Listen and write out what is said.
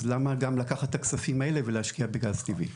אז למה גם לקחת את הכספים האלה ולהשקיע בגז טבעי.